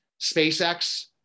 SpaceX